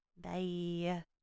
Bye